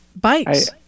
bikes